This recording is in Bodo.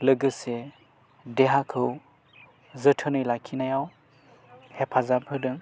लोगोसे देहाखौ जोथोनै लाखिनायाव हेफाजाब होदों